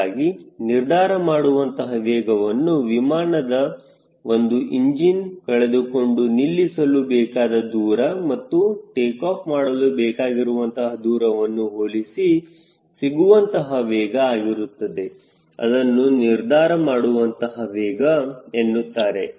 ಹೀಗಾಗಿ ನಿರ್ಧಾರ ಮಾಡುವಂತಹ ವೇಗವನ್ನು ವಿಮಾನದ ಒಂದು ಇಂಜಿನ್ ಕಳೆದುಕೊಂಡು ನಿಲ್ಲಿಸಲು ಬೇಕಾದ ದೂರ ಮತ್ತು ಟೇಕಾಫ್ ಮಾಡಲು ಬೇಕಾಗಿರುವಂತಹ ದೂರವನ್ನು ಹೋಲಿಸಿ ಸಿಗುವಂತಹ ವೇಗ ಇರುತ್ತದೆ ಅದನ್ನು ನಿರ್ಧಾರ ಮಾಡುವಂತಹ ವೇಗ ಎನ್ನುತ್ತಾರೆ